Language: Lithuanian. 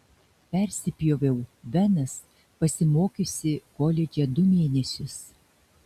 persipjoviau venas pasimokiusi koledže du mėnesius